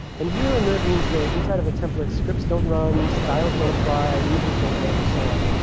and here, inert means the inside of a template scripts don't run, styles don't apply, images don't load, and so on.